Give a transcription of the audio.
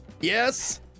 Yes